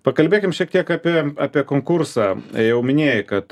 pakalbėkim šiek tiek apie apie konkursą jau minėjai kad